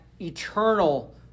eternal